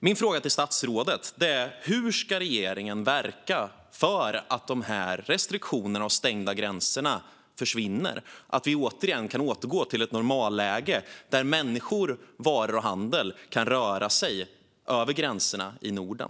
Min fråga till statsrådet är: Hur ska regeringen verka för att dessa restriktioner och stängda gränser ska försvinna, så att vi kan återgå till ett normalläge där människor, varor och handel kan röra sig över gränserna i Norden?